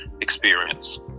experience